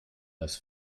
das